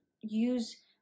use